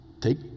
take